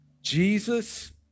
Jesus